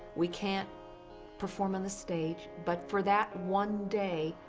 we can't perform on the stage, but for that one day,